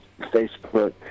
Facebook